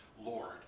Lord